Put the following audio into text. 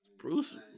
Bruce